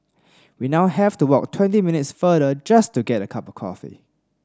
we now have to walk twenty minutes farther just to get a cup coffee